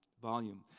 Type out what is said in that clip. volume.